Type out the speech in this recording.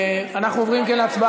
אם כן, אנחנו עוברים להצבעה.